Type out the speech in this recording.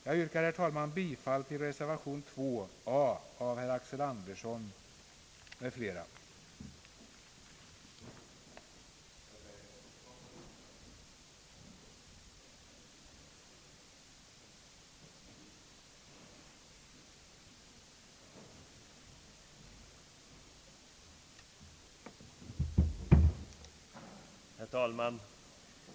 Jag yrkar, herr talman, bifall till reservation a av herr Axel Andersson m.fl.